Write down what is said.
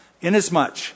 Inasmuch